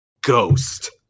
Ghost